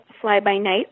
fly-by-night